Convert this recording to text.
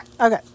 Okay